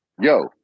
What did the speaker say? Yo